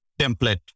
template